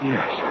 Yes